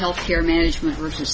health care management versus